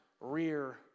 rear